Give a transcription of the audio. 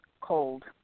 cold